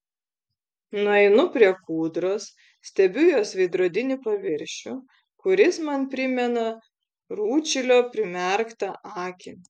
nueinu prie kūdros stebiu jos veidrodinį paviršių kuris man primena rūdšilio primerktą akį